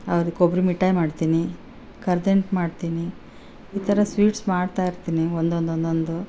ಅವ್ರಿಗೆ ಕೊಬ್ರಿ ಮಿಠಾಯಿ ಮಾಡ್ತೀನಿ ಕರದಂಟು ಮಾಡ್ತೀನಿ ಈ ತರ ಸ್ವೀಟ್ಸ್ ಮಾಡ್ತಾ ಇರ್ತೀನಿ ಒಂದೊಂದೊಂದೊಂದು